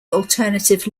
alternative